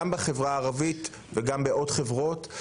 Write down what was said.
גם בחברה הערבית וגם בעוד חברות.